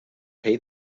pay